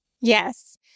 Yes